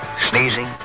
Sneezing